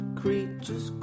creatures